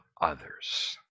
others